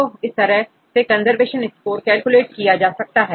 तो इस तरह से कंजर्वेशन स्कोर कैलकुलेट किया जा सकता है